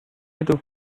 itu